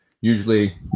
usually